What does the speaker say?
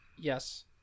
Yes